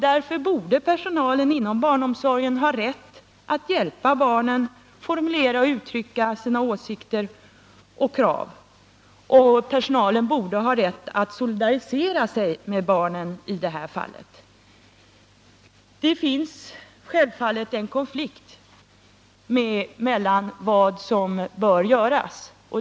Därför borde personalen i barnomsorgen ha rätt att hjälpa barnen att formulera och uttrycka sina åsikter och krav, och personalen borde ha rätt att solidarisera sig med barnen i det här fallet. Självfallet finns det en konflikt när det gäller vad som bör göras.